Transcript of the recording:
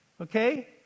okay